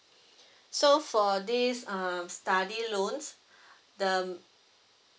so for this uh study loans the